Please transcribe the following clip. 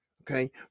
Okay